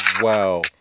Wow